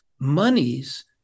monies